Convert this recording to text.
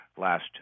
last